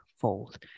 fold